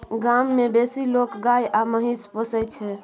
गाम मे बेसी लोक गाय आ महिष पोसय छै